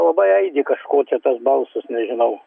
labai aidi kažko čia tas balsas nežinau